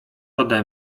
ode